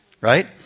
right